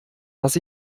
dass